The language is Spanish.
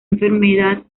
enfermedad